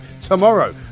tomorrow